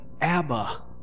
Abba